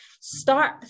start